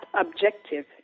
objective